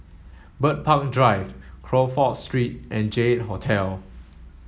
Bird Park Drive Crawford Street and J eight Hotel